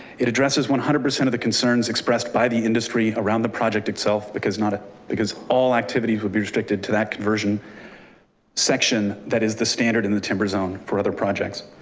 it addresses one hundred percent of the concerns expressed by the industry around the project itself, because not ah because all activities would be restricted to that conversion section, that is the standard in the timber zone for other projects.